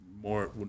more